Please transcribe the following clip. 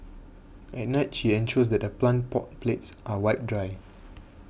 at night she ensures that her plant pot plates are wiped dry